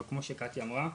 אבל כמו שקטיה אמרה נכון,